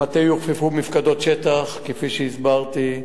למטה יוכפפו מפקדות שטח כפי שהסברתי,